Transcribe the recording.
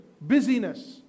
busyness